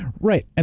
right, ah